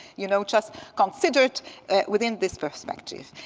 you know, just considered within this perspective.